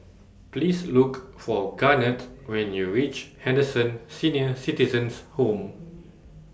Please Look For Garnett when YOU REACH Henderson Senior Citizens' Home